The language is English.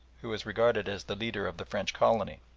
who was regarded as the leader of the french colony,